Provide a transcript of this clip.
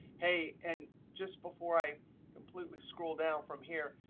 hey, and just before i completely scroll down from here,